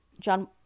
John